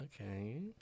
Okay